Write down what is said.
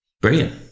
brilliant